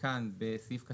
הצבעה סעיף 85(14)